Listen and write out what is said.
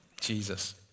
Jesus